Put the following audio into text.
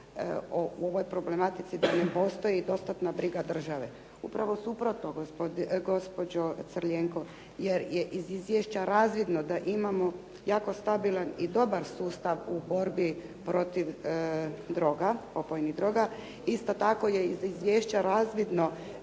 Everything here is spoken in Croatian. o ovoj problematici da ne postoji dostatna briga države. Upravo suprotno gospođo Crljenko, jer je iz izvješća razvidno da imamo jako stabilan i dobar sustav u borbi protiv droga, opojnih droga. Isto tako je i izvješća razvidno